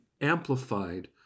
amplified